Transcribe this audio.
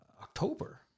October